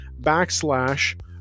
backslash